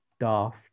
daft